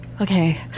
Okay